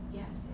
yes